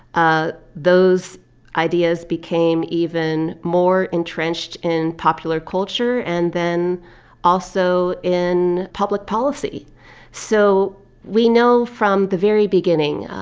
ah those ideas became even more entrenched in popular culture, and then also in public policy so we know from the very beginning,